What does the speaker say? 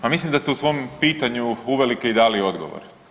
Pa mislim da ste u svom pitanju uvelike i dali odgovor.